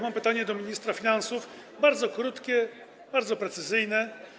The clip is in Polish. Mam pytanie do ministra finansów, bardzo krótkie, bardzo precyzyjne: